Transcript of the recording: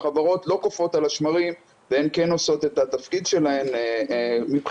החברות לא קופאות על השמרים והן כן עושות את התפקיד שלהן מבחינתן,